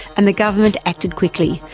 and the government acted quickly,